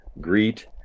greet